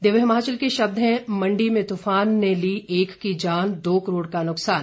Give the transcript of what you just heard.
दिव्य हिमाचल के शब्द हैं मंडी में तूफान ने ली एक की जान दो करोड़ का नुकसान